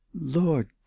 lord